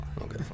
Okay